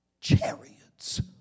chariots